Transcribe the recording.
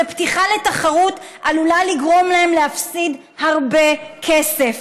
ופתיחה לתחרות עלולה לגרום להם להפסיד הרבה כסף.